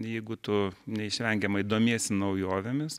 jeigu tu neišvengiamai domiesi naujovėmis